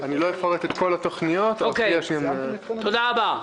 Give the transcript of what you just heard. תודה רבה.